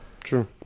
True